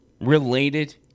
related